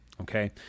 okay